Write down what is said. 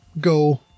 go